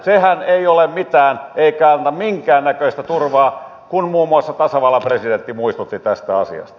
sehän ei ole mitään eikä anna minkäännäköistä turvaa kun muun muassa tasavallan presidentti muistutti tästä asiasta